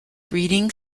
breeding